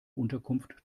unterkunft